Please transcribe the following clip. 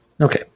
Okay